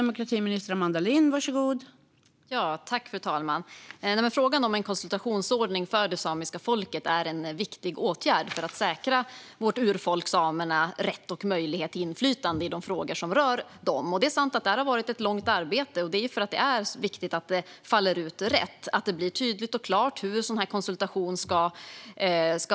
Fru talman! Frågan om en konsultationsordning för det samiska folket är en viktig åtgärd för att försäkra vårt urfolk samerna rätt och möjlighet till inflytande i de frågor som rör dem. Det är sant att detta arbete har pågått länge. Det beror på att det är viktigt att det faller ut rätt och att det blir tydligt och klart hur sådan konsultation ska ske.